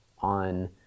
on